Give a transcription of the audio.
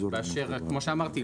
כמו שאמרתי,